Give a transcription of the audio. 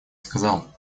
сказал